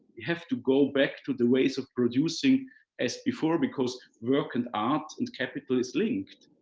we have to go back to the ways of producing as before because work and art and capital is linked.